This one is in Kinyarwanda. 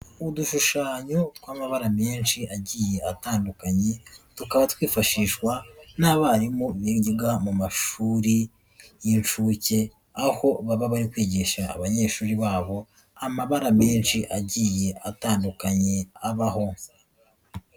Udushushanyo tw'amabara menshi agiye atandukanye, tukaba twifashishwa n'abarimu bigaga mu mashuri y'inshuke, aho baba bari kwigisha abanyeshuri babo, amabara menshi agiye atandukanye abaho.